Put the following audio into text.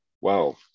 Wow